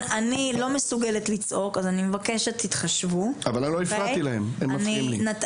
אני נותנת את זכות הדיבור לגלעד ניצן,